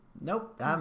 Nope